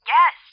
Yes